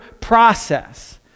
process